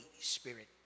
Spirit